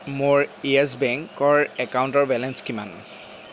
মোৰ য়েছ বেংকৰ একাউণ্টৰ বেলেঞ্চ কিমান